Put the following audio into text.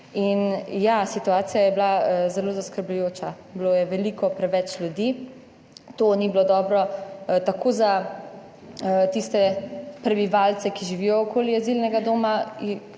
-, ja, situacija je bila zelo zaskrbljujoča, bilo je veliko preveč ljudi. To ni bilo dobro tako za tiste prebivalce, ki živijo okoli azilnega doma,